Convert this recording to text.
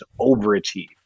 overachieve